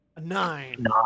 Nine